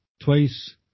twice